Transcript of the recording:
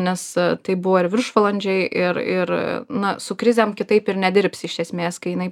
nes tai buvo ir viršvalandžiai ir ir na su krizėm kitaip ir nedirbsi iš esmės kai jinai